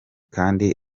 kandi